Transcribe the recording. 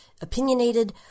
opinionated